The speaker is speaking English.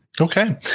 Okay